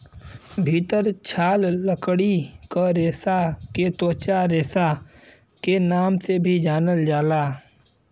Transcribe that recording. भितर छाल लकड़ी के रेसा के त्वचा रेसा के नाम से भी जानल जाला